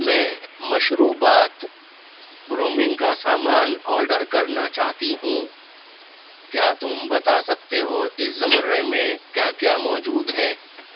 میں مشروبات گرومنگ کا سامان آرڈر کرنا چاہتی ہوں کیا تم بتا سکتے ہو اس زمرے میں کیا کیا موجود ہے